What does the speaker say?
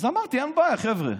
אז אמרתי: אין בעיה, חבר'ה,